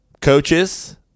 coaches